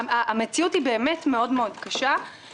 המציאות באמת מאוד מאוד קשה.